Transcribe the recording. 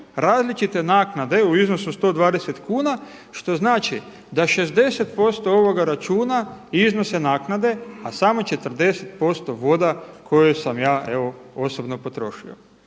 različite naknade u iznosu od 120 kuna što znači da 60% ovoga računa iznose naknade a samo 40% voda koju sam ja evo osobno potrošio.